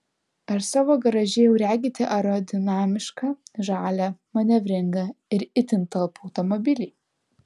ar savo garaže jau regite aerodinamišką žalią manevringą ir itin talpų automobilį